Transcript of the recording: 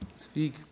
Speak